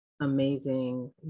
amazing